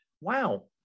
wow